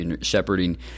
shepherding